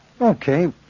Okay